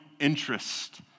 interest